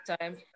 time